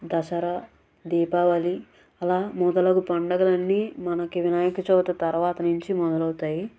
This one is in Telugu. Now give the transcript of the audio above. దసరా దీపావళీ అలా మొదలగు పండగలన్నీ మనకి వినాయకచవితి తర్వాత నుంచి మొదలవుతాయి